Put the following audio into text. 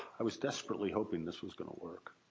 i was desperately hoping this was going to work.